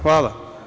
Hvala.